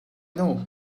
know